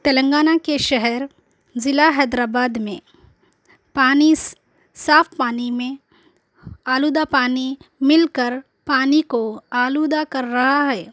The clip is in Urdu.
تلنگانہ کے شہر ضلعہ حیدرآباد میں پانی سا صاف پانی میں آلودہ پانی مل کر پانی کو آلودہ کر رہا ہے